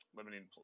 limiting